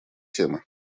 темы